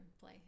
play